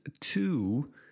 two